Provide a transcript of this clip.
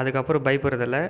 அதுக்கப்பறம் பயப்புடறது இல்லை